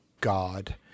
God